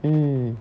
mm